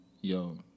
Yo